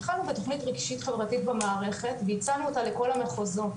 התחלנו בתוכנית ריגשית חברתית במערכת והצענו אותה לכל המחוזות